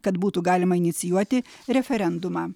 kad būtų galima inicijuoti referendumą